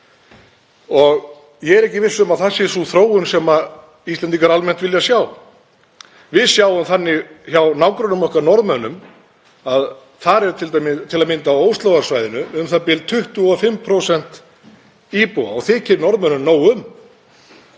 Ég er ekki viss um að það sé sú þróun sem Íslendingar almennt vilja sjá. Við sjáum þannig hjá nágrönnum okkar Norðmönnum að þar eru til að mynda á Óslóarsvæðinu u.þ.b. 25% íbúa og þykir Norðmönnum nóg um